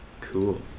cool